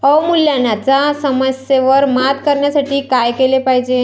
अवमूल्यनाच्या समस्येवर मात करण्यासाठी काय केले पाहिजे?